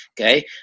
Okay